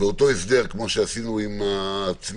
באותו הסדר כמו שעשינו עם הצמידים,